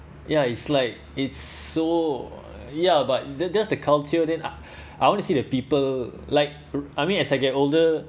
ya it's like it's so ya but that that's the culture then I I want to see the people like I mean as I get older